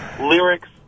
Lyrics